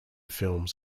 films